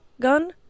gun